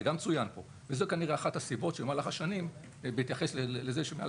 וזה כנראה אחת הסיבות שבמהלך השנים בהתייחס ל-2012,